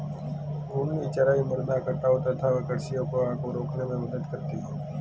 घूर्णी चराई मृदा कटाव तथा कृषि अपवाह को रोकने में मदद करती है